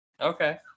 Okay